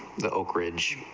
the oak ridge,